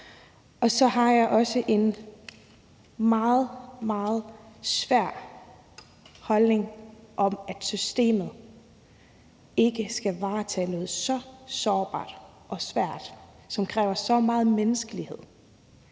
holdning til noget meget, meget svært , at systemet ikke skal varetage noget, som er så sårbart og svært, og som kræver så meget menneskelighed.